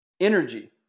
energy